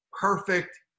perfect